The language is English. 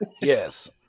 Yes